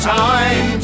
time